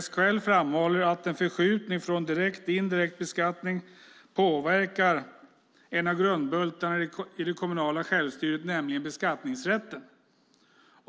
SKL framhåller att en förskjutning från direkt beskattning till indirekt beskattning påverkar en av grundbultarna i det kommunala självstyret, nämligen beskattningsrätten.